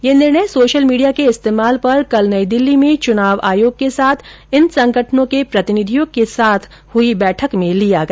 यह निर्णय social media के इस्तेमाल पर कल नई दिल्ली में चुनाव आयोग के साथ इन संगठनों के प्रतिनिधियों के साथ बैठक में लिया गया